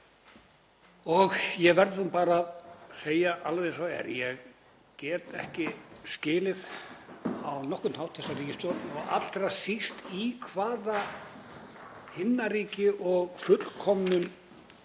og ég verð bara að segja alveg eins og er, ég get ekki skilið á nokkurn hátt þessa ríkisstjórn og allra síst í hvaða himnaríki og fullkomnum